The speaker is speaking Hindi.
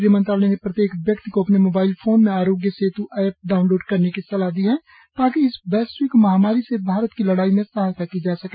गृह मंत्रालय ने प्रत्येक व्यक्ति को अपने मोबाइल फोन में आरोग्य सेत् ऐप डाउनलोड करने की सलाह दी है ताकि इस वैश्विक महामारी से भारत की लड़ाई में सहायता की जा सके